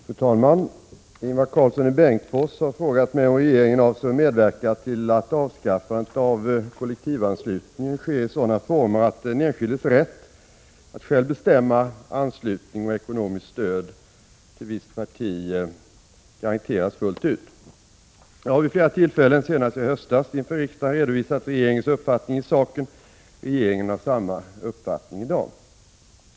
Fru talman! Ingvar Karlsson i Bengtsfors har frågat mig om regeringen avser att medverka till att avskaffandet av kollektivanslutningen sker i sådana former att den enskildes rätt att själv bestämma anslutning och ekonomiskt stöd till visst parti garanteras fullt ut. Jag har vid flera tillfällen — senast i höstas — inför riksdagen redovisat regeringens uppfattning i saken. Regeringen har samma uppfattning i dag.